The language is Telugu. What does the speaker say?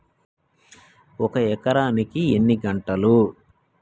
ఒక ఎకరానికి ఎన్ని గుంటలు?